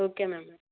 okay ma'am